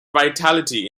vitality